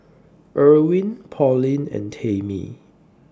Irwin Pauline and Tamie